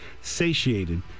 satiated